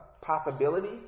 possibility